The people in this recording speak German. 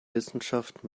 wissenschaft